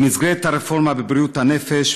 במסגרת הרפורמה בבריאות הנפש,